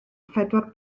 phedwar